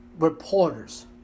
Reporters